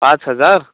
पाच हजार